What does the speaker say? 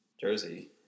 jersey